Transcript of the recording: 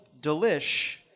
Delish